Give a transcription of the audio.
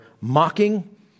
mocking